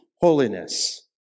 holiness